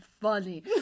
funny